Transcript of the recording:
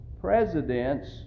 presidents